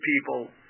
people